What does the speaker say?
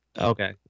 Okay